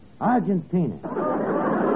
Argentina